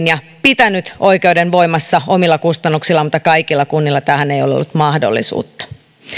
ja pitänyt oikeuden voimassa omilla kustannuksillaan mutta kaikilla kunnilla tähän ei ole ollut mahdollisuutta